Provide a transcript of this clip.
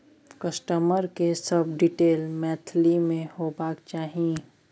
customer के सब detail Maithili में होबाक चाही